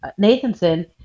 Nathanson